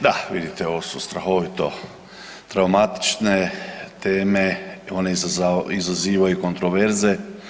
Da, vidite ovo su strahovito traumatične teme, one izazivaju kontroverze.